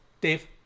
Dave